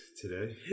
today